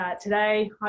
today